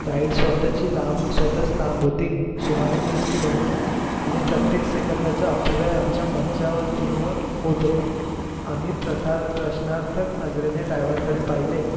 ride स्वतःची लांब स्वतःच लांब होती सुमारे वीस किलोमीटर आणि प्रत्येक सेकंदाचा अपव्यय आमच्या मज्जावतूंवर होत होता आम्ही प्रथा प्रश्नार्थक नजरेने ड्रायव्हरकडे पाहिले